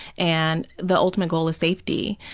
and the ultimate goal is safety,